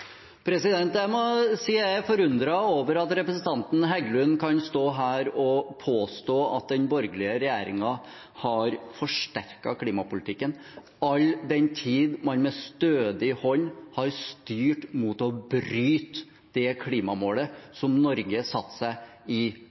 Jeg må si jeg er forundret over at representanten Heggelund kan stå her og påstå at den borgerlige regjeringen har forsterket klimapolitikken, all den tid man med stødig hånd har styrt mot å bryte det klimamålet som Norge satte seg i